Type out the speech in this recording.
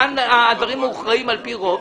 כאן הדברים מוכרעים על פי רוב.